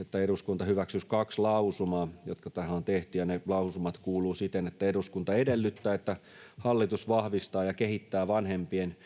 että eduskunta hyväksyisi kaksi lausumaa, jotka tähän on tehty. Ja ne lausumat kuuluvat siten, että eduskunta edellyttää, että hallitus vahvistaa ja kehittää vanhempien,